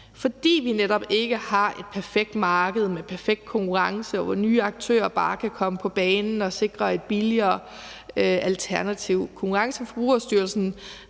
fordi vi netop ikke har et perfekt marked med perfekt konkurrence, hvor nye aktører bare kan komme på banen og sikre et billigere alternativ. Konkurrence- og Forbrugerstyrelsen